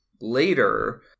later